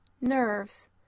nerves